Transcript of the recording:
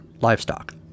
livestock